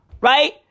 right